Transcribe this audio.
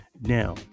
Now